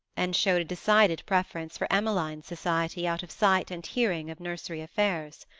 and showed a decided preference for emmeline's society out of sight and hearing of nursery affairs.